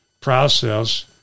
process